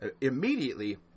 immediately